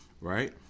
right